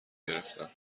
گرفتم